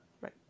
Right